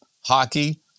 Hockey